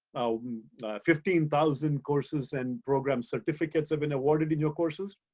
fifteen thousand courses and programs certificates have been awarded in your courses.